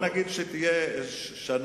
שינוי השם